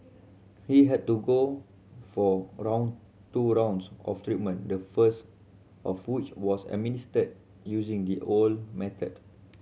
he had to go for round two rounds of treatment the first of which was administered using the old method